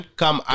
come